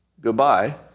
goodbye